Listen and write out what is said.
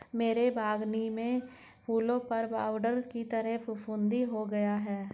मेरे बगानी में फूलों पर पाउडर की तरह फुफुदी हो गया हैं